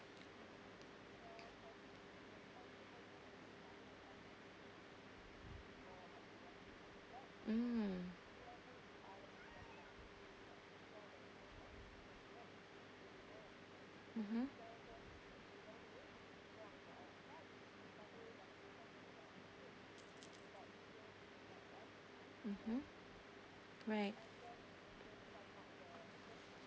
mm mmhmm mmhmm right